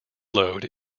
load